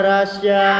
Russia